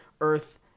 earth